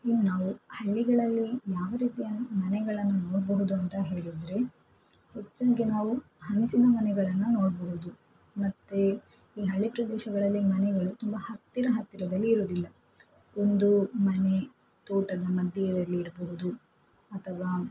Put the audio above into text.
ಇನ್ನು ನಾವು ಹಳ್ಳಿಗಳಲ್ಲಿ ಯಾವ ರೀತಿಯ ಮನೆಗಳನ್ನು ನೋಡಬಹುದು ಅಂತ ಹೇಳಿದರೆ ಹೆಚ್ಚಾಗಿ ನಾವು ಹಂಚಿನ ಮನೆಗಳನ್ನು ನೋಡಬಹುದು ಮತ್ತು ಈ ಹಳ್ಳಿ ಪ್ರದೇಶಗಳಲ್ಲಿ ಮನೆಗಳು ತುಂಬ ಹತ್ತಿರ ಹತ್ತಿರದಲ್ಲಿ ಇರುವುದಿಲ್ಲ ಒಂದು ಮನೆ ತೋಟದ ಮಧ್ಯದಲ್ಲಿ ಇರಬಹುದು ಅಥವಾ